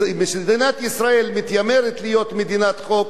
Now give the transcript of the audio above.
מדינת ישראל מתיימרת להיות מדינת חוק,